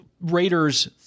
raiders